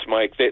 Mike